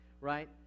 right